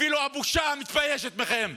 אפילו הבושה מתביישת בכם,